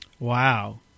Wow